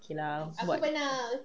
okay lah buat